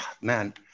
Man